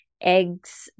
eggs